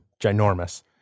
ginormous